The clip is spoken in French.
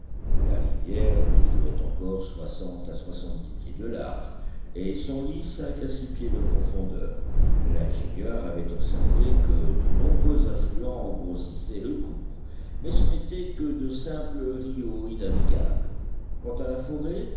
la rivière mesurait encore soixante à soixante-dix pieds de large et son lit cinq à six pieds de profondeur l'ingénieur avait observé que de nombreux affluents en grossissaient le cours mais ce n'étaient que de simples rios innavigables quant à la forêt